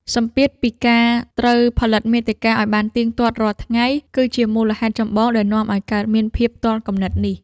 សម្ពាធពីការត្រូវផលិតមាតិកាឱ្យបានទៀងទាត់រាល់ថ្ងៃ គឺជាមូលហេតុចម្បងដែលនាំឱ្យកើតមានភាពទាល់គំនិតនេះ។